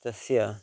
तस्य